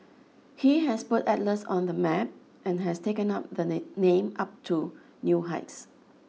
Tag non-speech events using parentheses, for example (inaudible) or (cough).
he has put Atlas on the map and has taken up the (unintelligible) name up to new heights